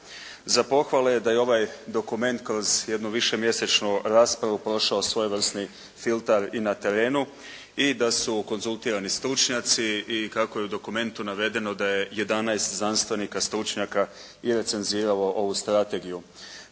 Za pohvale je da je ovaj dokument kroz jedno višemjesečnu raspravu prošao svojevrsni filter i na terenu i da su konzultirani stručnjaci i kako je u dokumentu navedeno da je 11 znanstvenika, stručnjaka i recenziralo ovu strategiju.